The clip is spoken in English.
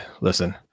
listen